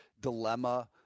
dilemma